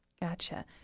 Gotcha